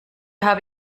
habe